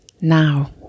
now